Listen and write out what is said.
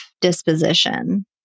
disposition